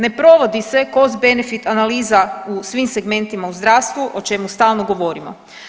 Ne provodi se cost benefit analiza u svim segmentima u zdravstvu, o čemu stalno govorimo.